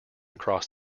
across